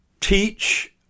teach